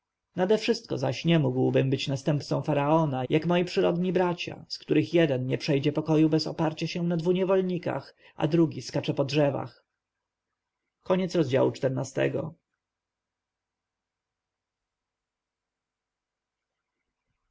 nadewszystko zaś nie mógłbym być następcą faraona jak moi przyrodni bracia z których jeden nie przejdzie pokoju bez oparcia się na dwu niewolnikach a drugi skacze po drzewach